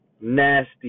nasty